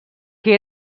que